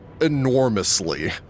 enormously